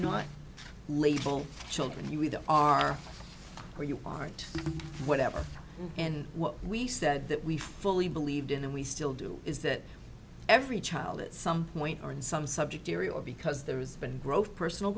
y label children you either are or you aren't whatever and what we said that we fully believed in and we still do is that every child at some point or in some subject area or because there has been growth personal